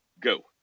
Go